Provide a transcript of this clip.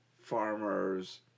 farmer's